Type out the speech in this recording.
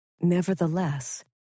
Nevertheless